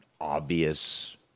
obvious